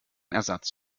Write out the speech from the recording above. ersatz